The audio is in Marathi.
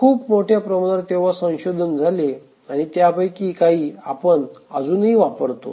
खूप मोठ्या प्रमाणावर तेव्हा संशोधन झाले आणि त्यापैकी काही आपण अजूनही वापरतो